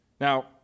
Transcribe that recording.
Now